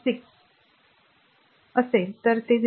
6 I असेल तर ते 0